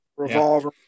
revolver